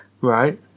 Right